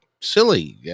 silly